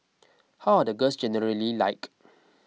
how are the girls generally like